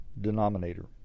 denominator